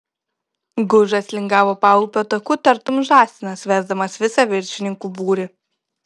gužas lingavo paupio taku tartum žąsinas vesdamas visą viršininkų būrį